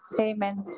Amen